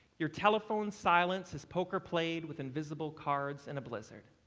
your telephone's silence is poker played with invisible cards in a blizzard.